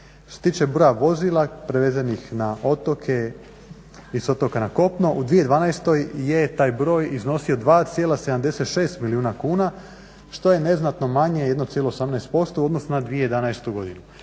tiče broja vozila prevezenih na otoke i s otoka na kopno, u 2012. je taj broj iznosio 2,76 milijuna kuna što je neznatno manje, 1,18% u odnosnu na 2011. godinu,